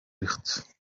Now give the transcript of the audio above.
ریخت